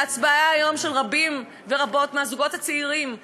ההצבעה היום של רבים ורבות מהזוגות הצעירים שלנו,